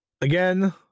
Again